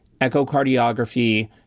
echocardiography